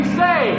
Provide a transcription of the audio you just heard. say